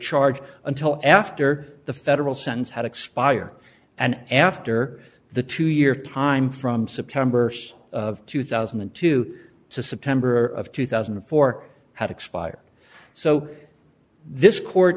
charge until after the federal sense had expire and after the two year time from september two thousand and two to september of two thousand and four had expired so this court